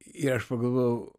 ir aš pagalvojau